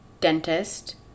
dentist